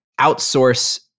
outsource